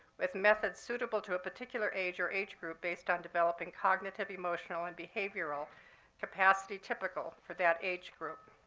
with methods suitable to a particular age or age group based on developing cognitive emotional and behavioral capacity typical for that age group.